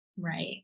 Right